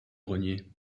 grenier